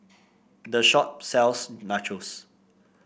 the shop sells Nachos